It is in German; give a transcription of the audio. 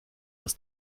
aus